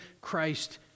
Christ